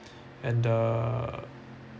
and the